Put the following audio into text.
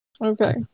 Okay